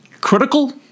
Critical